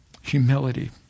Humility